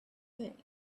thing